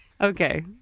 Okay